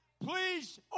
Please